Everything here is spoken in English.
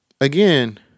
Again